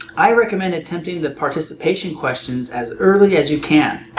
i recommend attempting the participation questions as early as you can.